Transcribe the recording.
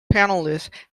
panelist